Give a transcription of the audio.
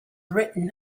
written